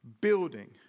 Building